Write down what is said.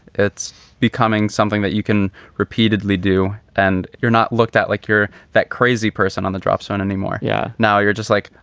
it's becoming something that you can repeatedly do and you're not looked at like you're that crazy person on the dropzone anymore. yeah. now you're just like,